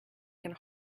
can